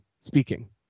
speaking